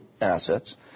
assets